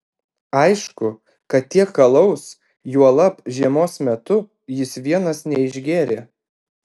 aišku kad tiek alaus juolab žiemos metu jis vienas neišgėrė